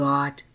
God